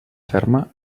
ferma